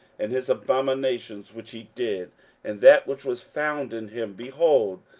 and his abominations which he did, and that which was found in him, behold,